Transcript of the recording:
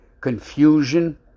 confusion